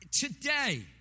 Today